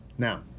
Now